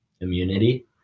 immunity